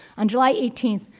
on july eighteenth,